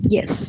Yes